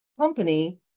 company